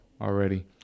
already